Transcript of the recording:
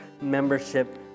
membership